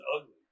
ugly